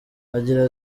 agira